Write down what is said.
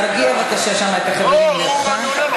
תרגיע בבקשה שם את החבר'ה ממולך.